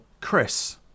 Chris